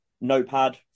notepad